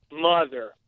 Mother